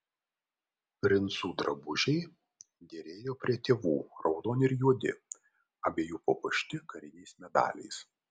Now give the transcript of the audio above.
princų drabužiai derėjo prie tėvų raudoni ir juodi abiejų papuošti kariniais medaliais